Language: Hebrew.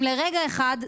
אם לרגע אחד,